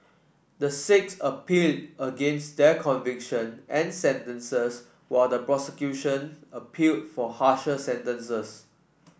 the six appealed against their conviction and sentences while the prosecution appealed for harsher sentences